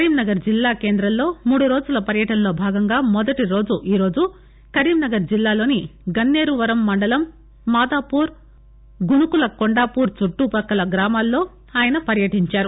కరీంనగర్ జిల్లా కేంద్రం లో మూడురోజుల పర్యటనలో భాగంగా మొదటి రోజు ఈరోజు కరీంనగర్ జిల్లాలోని గస్నే రువరం మండలం మాదాపూర్ గునుకుల కొండాపూర్ చుట్టుపక్కల గ్రామాల్లో ఆయన పర్యటించారు